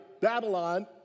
Babylon